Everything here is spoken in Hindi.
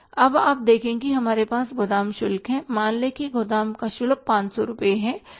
अब आप देखें कि हमारे पास गोदाम शुल्क हैं मान ले गोदाम का शुल्क 500 रुपये है